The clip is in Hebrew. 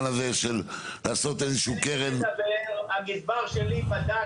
של לעשות איזה קרן -- הגזבר שלי בדק